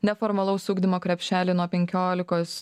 neformalaus ugdymo krepšelį nuo penkiolikos